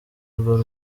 rwo